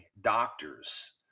doctors